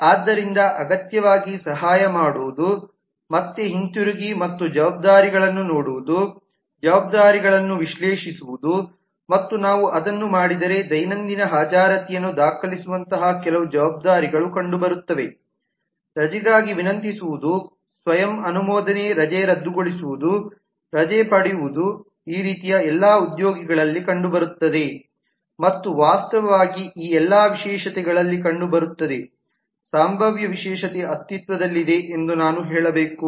ಆದ್ದರಿಂದ ಅಗತ್ಯವಾಗಿ ಸಹಾಯ ಮಾಡುವುದು ಮತ್ತೆ ಹಿಂತಿರುಗಿ ಮತ್ತು ಜವಾಬ್ದಾರಿಗಳನ್ನು ನೋಡುವುದು ಜವಾಬ್ದಾರಿಗಳನ್ನು ವಿಶ್ಲೇಷಿಸುವುದು ಮತ್ತು ನಾವು ಅದನ್ನು ಮಾಡಿದರೆ ದೈನಂದಿನ ಹಾಜರಾತಿಯನ್ನು ದಾಖಲಿಸುವಂತಹ ಕೆಲವು ಜವಾಬ್ದಾರಿಗಳು ಕಂಡುಬರುತ್ತವೆರಜೆಗಾಗಿ ವಿನಂತಿಸುವುದು ಸ್ವಯಂ ಅನುಮೋದನೆ ರಜೆ ರದ್ದುಗೊಳಿಸುವುದು ರಜೆ ಪಡೆಯುವುದು ಈ ರೀತಿಯ ಎಲ್ಲಾ ಉದ್ಯೋಗಿಗಳಲ್ಲಿ ಕಂಡುಬರುತ್ತದೆ ಮತ್ತು ವಾಸ್ತವವಾಗಿ ಈ ಎಲ್ಲ ವಿಶೇಷತೆಗಳಲ್ಲಿ ಕಂಡುಬರುತ್ತದೆ ಸಂಭಾವ್ಯ ವಿಶೇಷತೆ ಅಸ್ತಿತ್ವದಲ್ಲಿದೆ ಎಂದು ನಾನು ಹೇಳಬೇಕು